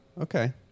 Okay